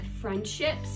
friendships